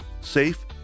Safe